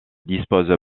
dispose